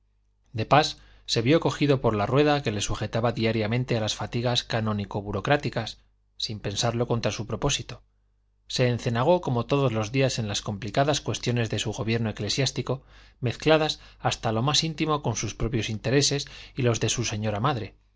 de pas se vio cogido por la rueda que le sujetaba diariamente a las fatigas canónico burocráticas sin pensarlo contra su propósito se encenagó como todos los días en las complicadas cuestiones de su gobierno eclesiástico mezcladas hasta lo más íntimo con sus propios intereses y los de su señora madre